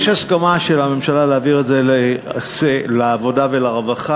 יש הסכמה של הממשלה להעביר את זה לוועדת העבודה והרווחה.